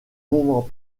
moment